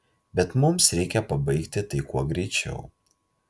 bet mums reikia pabaigti tai kuo greičiau